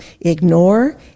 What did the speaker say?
ignore